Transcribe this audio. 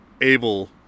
able